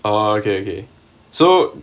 oh okay okay so